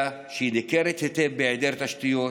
ניכרת היטב בהיעדר תשתיות,